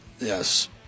yes